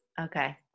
Okay